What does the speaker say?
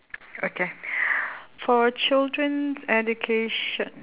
okay for children's education